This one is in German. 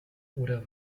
oder